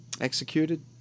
executed